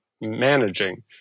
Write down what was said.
managing